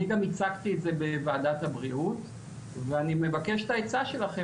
אני גם הצגתי את זה בוועדת הבריאות ואני מבקש את העצה שלכם,